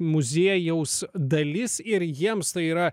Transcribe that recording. muziejaus dalis ir jiems tai yra